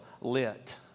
lit